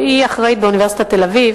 היא אחראית באוניברסיטת תל-אביב